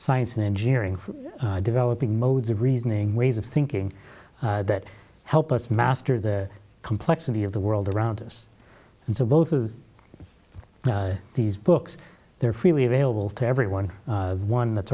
science and engineering for developing modes of reasoning ways of thinking that help us master the complexity of the world around us and so both of you these books they're freely available to everyone one that's